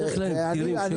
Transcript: בדרך כלל הם פתירים.